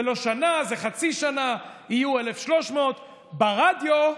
זה לא שנה, זה חצי שנה, יהיו 1,300. ברדיו,